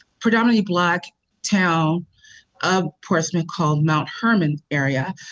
predominantly black town of portsmouth called mt. herman area,